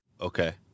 Okay